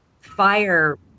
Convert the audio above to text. fire